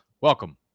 Welcome